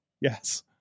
yes